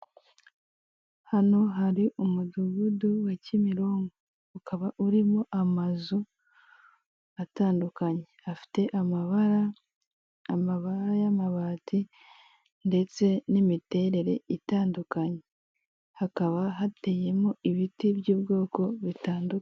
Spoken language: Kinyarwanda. Hano hari umudugudu wa Kimironko ukaba urimo amazu atandukanye afite amabara amabara y'amabati ndetse n'imiterere itandukanye, hakaba hateyemo ibiti by'ubwoko butandukanye.